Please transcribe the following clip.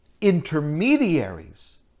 intermediaries